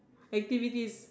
activities